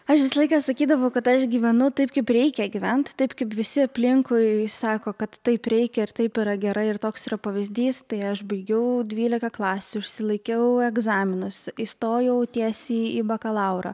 aš visą laiką sakydavau kad aš gyvenu taip kaip reikia gyvent taip kaip visi aplinkui sako kad taip reikia ir taip yra gerai ir toks yra pavyzdys tai aš baigiau dvylika klasių išsilaikiau egzaminus įstojau tiesiai į bakalaurą